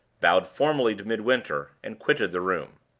bowed formally to midwinter, and quitted the room.